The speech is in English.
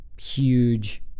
huge